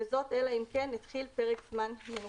וזאת אלא אם כן התחיל פרק זמן מנוחה,